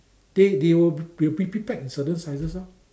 they they will be be pre-packed in certain sizes lor